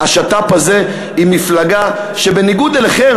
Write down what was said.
השת"פ הזה עם מפלגה שבניגוד אליכם,